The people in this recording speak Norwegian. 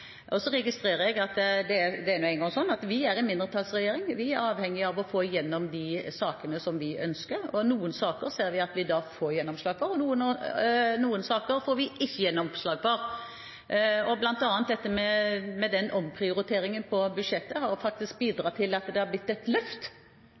Så er det nå engang sånn at vi er en mindretallsregjering, og vi er avhengig av å få igjennom de sakene som vi ønsker, og noen saker ser vi at vi får gjennomslag for, og noen saker får vi ikke gjennomslag for. Blant annet har denne omprioriteringen på budsjettet